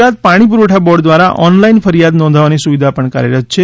ગુજરાત પાણી પુરવઠા બોર્ડ દ્વારા ઓન લાઇન ફરિયાદ નોંધવાની સુવિધા પણ કાર્યરત છે